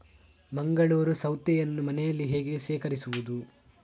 ಮಂಗಳೂರು ಸೌತೆಯನ್ನು ಮನೆಯಲ್ಲಿ ಹೇಗೆ ಶೇಖರಿಸುವುದು?